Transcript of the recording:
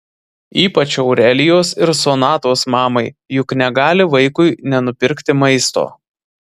ypač aurelijos ir sonatos mamai juk negali vaikui nenupirkti maisto